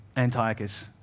Antiochus